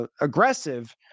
aggressive